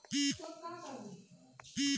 Registration login online bill कैसे देखें?